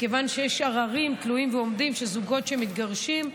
מכיוון שיש ערערים תלויים ועומדים של זוגות שמתגרשים,